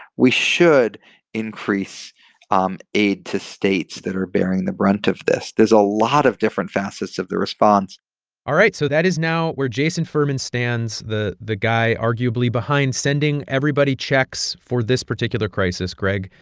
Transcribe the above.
we should increase um aid to states that are bearing the brunt of this there's a lot of different facets of the response all right. so that is now where jason furman stands, the the guy arguably behind sending everybody checks for this particular crisis. greg,